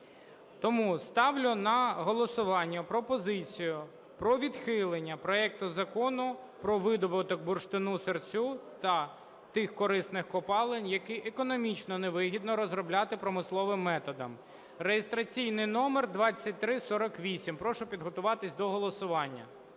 Тому ставлю на голосування пропозицію про відхилення проекту Закону про видобуток бурштину-сирцю та тих корисних копалин, які економічно невигідно розробляти промисловими методами (реєстраційний номер 2348). Прошу підготуватися до голосування.